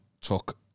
took